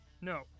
no